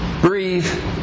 Breathe